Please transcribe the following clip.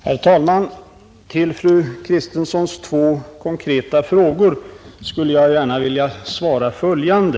Herr talman! På fru Kristenssons två konkreta frågor skulle jag gärna vilja svara följande.